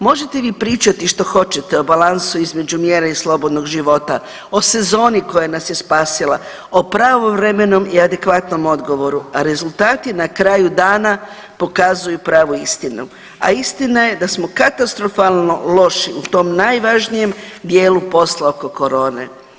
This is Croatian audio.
Možete vi pričati što hoćete, o balansu između mjera i slobodnog života, o sezoni koja nas je spasila, o pravovremenom i adekvatnom odgovoru, a rezultat je na kraju dana pokazuju pravu istinu, a istina je da smo katastrofalno loši u tom najvažnijem dijelu posla oko korone.